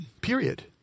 period